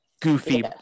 goofy